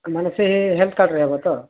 ମାନେ ସେଇ ହେଲ୍ଥ କାର୍ଡ଼ରେ ହବ ତ